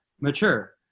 mature